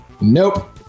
Nope